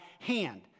hand